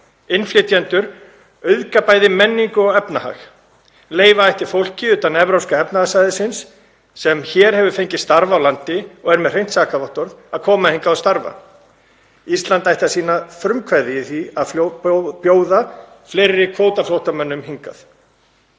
Innflytjendur auðga bæði menningu og efnahag. Leyfa ætti fólki utan Evrópska efnahagssvæðisins, sem hefur fengið starf hér á landi og er með hreint sakavottorð, að koma hingað og starfa. Ísland ætti að sýna frumkvæði í því að bjóða fleiri kvótaflóttamönnum hingað.“